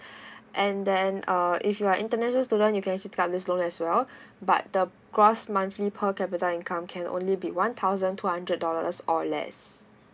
and then uh if you are international student you can actually pick up this loan as well but the gross monthly per capita income can only be one thousand two hundred dollars or less